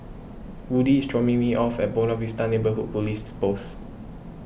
Woodie is dropping me off at Buona Vista Neighbourhood Police Post